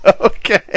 Okay